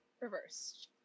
Reverse